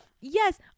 yes